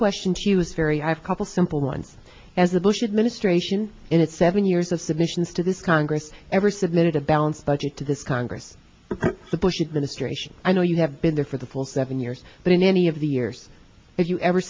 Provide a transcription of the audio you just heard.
question to you is very i have couple simple ones as the bush administration in its seven years of submissions to this congress ever submitted a balanced budget to this congress the bush administration i know you have been there for the full seven years but in any of the years if you ever